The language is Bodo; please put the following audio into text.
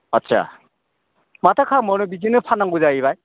आस्सा माथो खालामबावनो बिदिनो फाननांगौ जाहैबाय